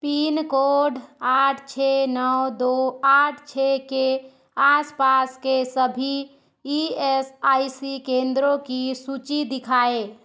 पीन code आठ छः नौ दो आठ छः के आसपास के सभी ई एस आई सी केंद्रो की सूची दिखाएँ